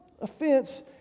offense